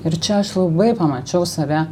ir čia aš labai pamačiau save